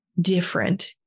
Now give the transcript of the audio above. different